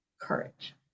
courage